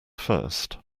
first